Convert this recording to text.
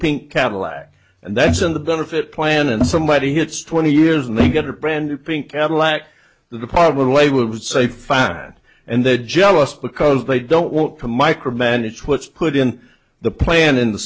pink cadillac and that's on the benefit plan and somebody hits twenty years and they get a brand new pink cadillac the department of labor would say fine and they're jealous because they don't want to micromanage what's put in the plan in the